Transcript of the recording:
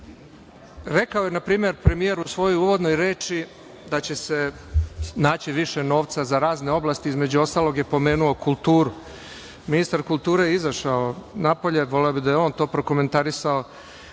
rekao je, na primer, premijer u svojoj uvodnoj reči da će se naći više novca za razne oblasti, između ostalog je pomenuo kulturu. Ministar kulture je izašao napolje. Voleo bih da je on to prokomentarisao,